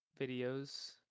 videos